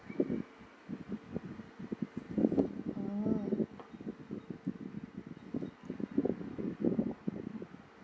mm